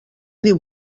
diu